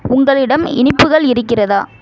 உங்களிடம் இனிப்புகள் இருக்கிறதா